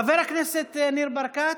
חבר הכנסת ניר ברקת,